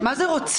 מה זה רוצים?